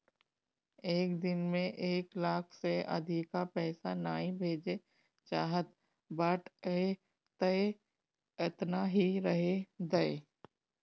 एक दिन में एक लाख से अधिका पईसा नाइ भेजे चाहत बाटअ तअ एतना ही रहे दअ